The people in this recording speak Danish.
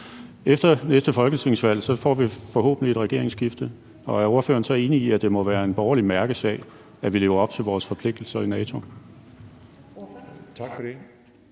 Efter næste folketingsvalg får vi forhåbentlig et regeringsskifte. Er ordføreren så enig i, at det må være en borgerlig mærkesag, at vi lever op til vores forpligtelser i NATO?